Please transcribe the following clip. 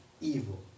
evil